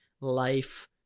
life